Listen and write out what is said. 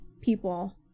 people